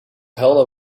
helder